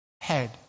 head